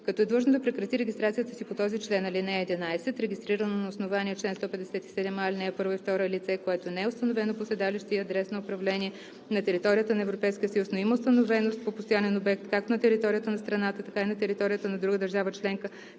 като е длъжно да прекрати регистрацията си по този член. (11) Регистрирано на основание чл. 157а, ал. 1 и 2 лице, което не е установено по седалище и адрес на управление на територията на Европейския съюз, но има установеност по постоянен обект както на територията на страната, така и на територията на друга държава членка,